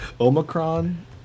Omicron